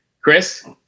Chris